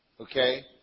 Okay